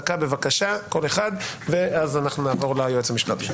דקה כל אחד ואז נעבור ליועץ המשפטי.